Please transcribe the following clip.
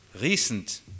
recent